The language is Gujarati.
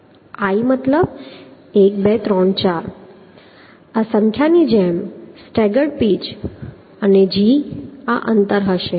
i મતલબ 1 2 3 4 આ સંખ્યાની જેમ સ્ટગ્ગર્ડ પીચ અને g આ અંતર હશે